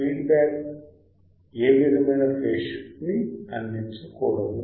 feed back విధమైన phase shift ని అందించకూడదు